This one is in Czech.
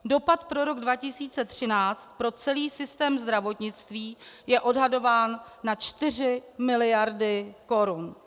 Dopad pro rok 2013 pro celý systém zdravotnictví je odhadován na 4 mld. korun.